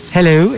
Hello